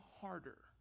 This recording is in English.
harder